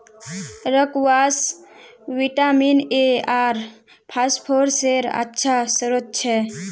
squash vitamin A आर फस्फोरसेर अच्छा श्रोत छ